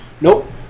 Nope